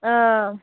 آ